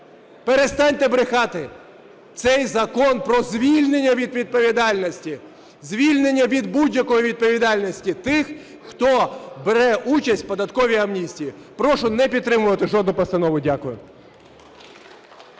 Перестаньте брехати. Цей закон про звільнення від відповідальності. Звільнення від будь-якої відповідальності тих, хто бере участь у податковій амністії. Прошу не підтримувати жодну постанову. Дякую.